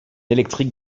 électrique